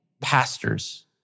pastors